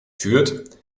führt